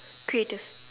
creative